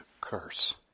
curse